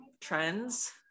trends